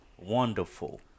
wonderful